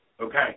Okay